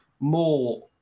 more